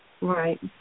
right